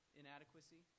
inadequacy